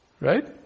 Right